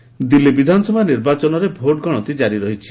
counting Delhi ବିଧାନସଭା ନିର୍ବାଚନରେ ଭୋଟ୍ଗଣତି କାରି ରହିଛି